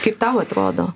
kaip tau atrodo